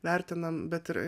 vertinam bet ir